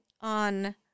on